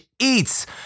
Eats